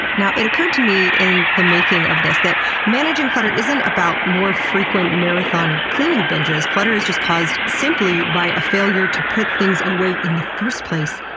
now, it occurred to me in the making of this that managing clutter isn't about more frequent marathon cleaning binges clutter is caused simply by a failure to put things away in the first place,